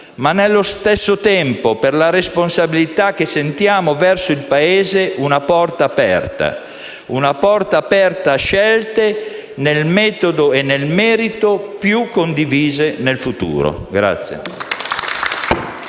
Nello stesso tempo, per la responsabilità che sentiamo verso il Paese, lasciamo una porta aperta a scelte, nel metodo e nel merito, più condivise nel futuro.